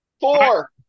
Four